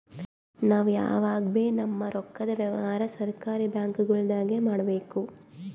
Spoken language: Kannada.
ನಾವ್ ಯಾವಗಬೀ ನಮ್ಮ್ ರೊಕ್ಕದ್ ವ್ಯವಹಾರ್ ಸರಕಾರಿ ಬ್ಯಾಂಕ್ಗೊಳ್ದಾಗೆ ಮಾಡಬೇಕು